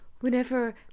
Whenever